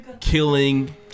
killing